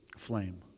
Flame